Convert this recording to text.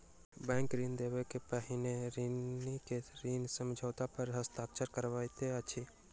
bank ऋण देबअ के पहिने ऋणी के ऋण समझौता पर हस्ताक्षर करबैत अछि